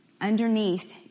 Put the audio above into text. Underneath